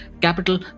capital